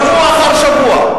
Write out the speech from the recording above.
שבוע אחר שבוע.